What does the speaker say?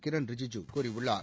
கிரண் ரிஜுஜு கூறியுள்ளார்